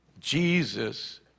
Jesus